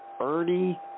Ernie